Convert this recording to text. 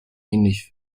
ähnlich